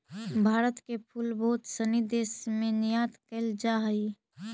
भारत के फूल बहुत सनी देश में निर्यात कैल जा हइ